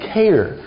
care